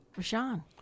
Rashawn